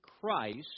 Christ